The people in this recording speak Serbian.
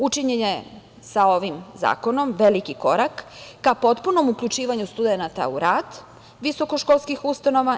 Učinjen je sa ovim zakonom veliki korak ka potpunom uključivanju studenata u rad visokoškolskih ustanova.